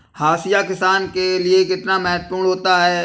हाशिया किसान के लिए कितना महत्वपूर्ण होता है?